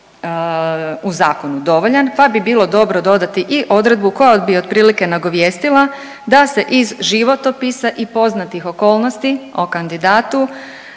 u zakonu dovoljan, pa bi bilo dobro dodati i odredbu koja bi otprilike nagovijestila da se iz životopisa i poznatih okolnosti o kandidatu